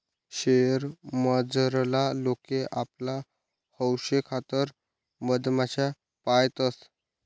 शयेर मझारला लोके आपला हौशेखातर मधमाश्या पायतंस